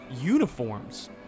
uniforms